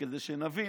כדי שנבין.